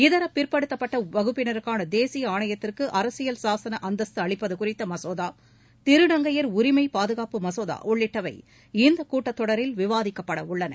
இதர பிற்படுத்தப்பட்ட வகுப்பினருக்கான தேசிய ஆணையத்திற்கு அரசியல் சாசன அந்தஸ்த்து அளிப்பது குறித்த மசோதா திருநங்கையர் உரிமை பாதுகாப்பு மசோதா உள்ளிட்டவை இந்தக் கூட்டத் தொடரில் விவாதிக்கப்படவுள்ளன